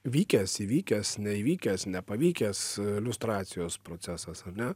vykęs įvykęs neįvykęs nepavykęs liustracijos procesas ar ne